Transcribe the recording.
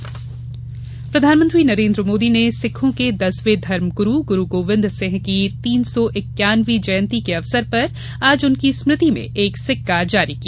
गुरू गोविंद जयंती प्रधानमंत्री नरेन्द्र मोदी ने सिखों के दसवें धर्म गुरू गुरू गोविन्दसिंह की तीन सौ इक्यानवीं जयंती के अवसर पर आज उनकी स्मृति में एक सिक्का जारी किया